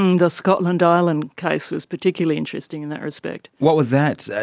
the scotland island case was particularly interesting in that respect. what was that, ah